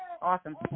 Awesome